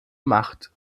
macht